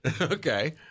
Okay